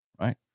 right